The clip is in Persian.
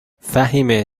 فهیمه